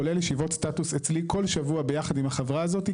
כולל ישיבות סטטוס אצלי כל שבוע ביחד עם החברה הזאת,